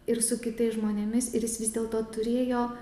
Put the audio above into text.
ir su kitais žmonėmis ir jis vis dėlto turėjo